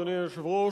אדוני היושב-ראש,